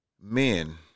Men